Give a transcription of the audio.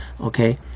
okay